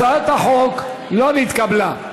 הצעת החוק לא נתקבלה.